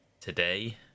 today